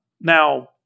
Now